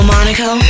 Monaco